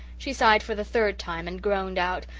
she sighed for the third time and groaned out,